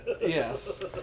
Yes